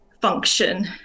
function